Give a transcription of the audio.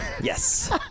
Yes